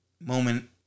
moment